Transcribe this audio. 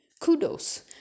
Kudos